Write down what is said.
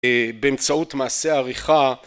באמצעות מעשי עריכה